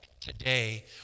today